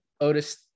Otis